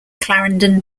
clarendon